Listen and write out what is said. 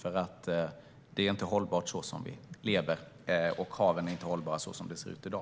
Kraven är inte hållbara så som de ser ut i dag.